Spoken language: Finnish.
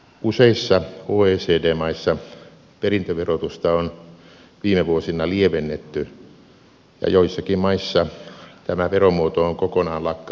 useissa oecd maissa perintöverotusta on viime vuosina lievennetty ja joissakin maissa tämä veromuoto on kokonaan lakkautettu